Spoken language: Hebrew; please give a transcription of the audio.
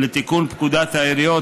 לתיקון פקודת העיריות,